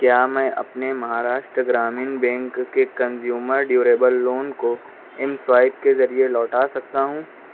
کیا میں اپنے مہاراشٹر گرامین بینک کے کنزیومر ڈیوریبل لون کو ایم سوائیپ کے ذریعے لوٹا سکتا ہوں